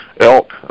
elk